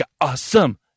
awesome